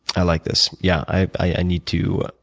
i like this. yeah, i i need to, i